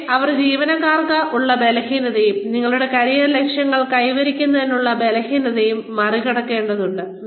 പക്ഷേ അവർ ജീവനക്കാർക്ക് ഉള്ള ബലഹീനതകളും തങ്ങളുടെ കരിയർ ലക്ഷ്യങ്ങൾ കൈവരിക്കുന്നതിനുള്ള ബലഹീനതകളും മറികടക്കേണ്ടതുണ്ട്